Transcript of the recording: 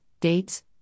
dates